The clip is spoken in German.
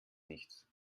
nichts